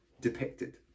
depicted